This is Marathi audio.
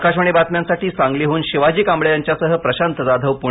आकाशवाणीच्या बातम्यांसाठी सांगलीहून शिवाजी कांबळे यांच्यासह प्रशांत जाधव पुणे